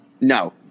no